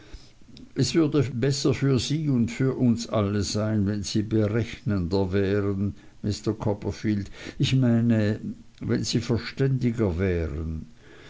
es würde besser für sie und uns alle sein wenn sie berechnender wären mr copperfield ich meine wenn sie verständiger wären